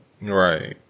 Right